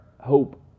hope